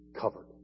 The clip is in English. covered